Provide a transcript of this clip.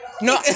No